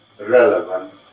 relevant